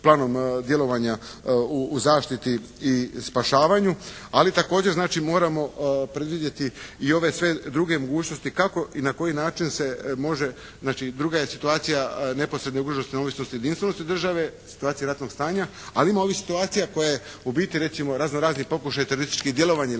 planom djelovanja u zaštiti i spašavanju, ali također znači moramo predvidjeti i ove sve druge mogućnosti kako i na koji način se može, znači druga je situacija neposredne ugroženosti, neovisnosti i jedinstvenosti države, situacija ratnog stanja, ali ima ovih situacija koje u biti recimo razno razni pokušaji terorističkih djelovanja